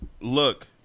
Look